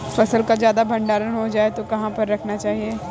फसल का ज्यादा भंडारण हो जाए तो कहाँ पर रखना चाहिए?